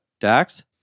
dax